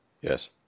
Yes